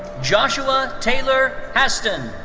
joshua taylor haston.